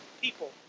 people